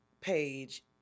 page